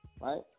Right